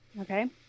Okay